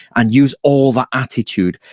and use all the attitude,